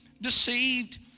deceived